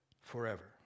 forever